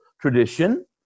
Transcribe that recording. tradition